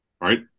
right